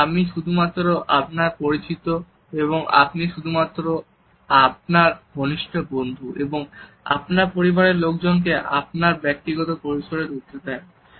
কারণ আমি শুধুমাত্র আপনার পরিচিত এবং আপনি শুধুমাত্র আপনার ঘনিষ্ঠ বন্ধু এবং আপনার পরিবারের লোকজনকে আপনার ব্যক্তিগত পরিসরে ঢুকতে দেন